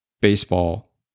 baseball